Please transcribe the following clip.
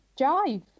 jive